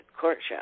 courtship